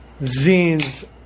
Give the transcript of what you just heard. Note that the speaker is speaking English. zines